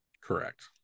Correct